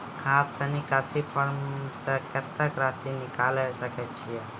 खाता से निकासी फॉर्म से कत्तेक रासि निकाल सकै छिये?